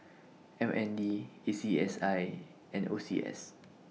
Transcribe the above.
M N D A C S I and O C S